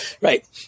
right